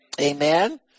Amen